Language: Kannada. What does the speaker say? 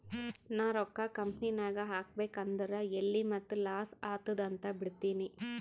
ನಾ ರೊಕ್ಕಾ ಕಂಪನಿನಾಗ್ ಹಾಕಬೇಕ್ ಅಂದುರ್ ಎಲ್ಲಿ ಮತ್ತ್ ಲಾಸ್ ಆತ್ತುದ್ ಅಂತ್ ಬಿಡ್ತೀನಿ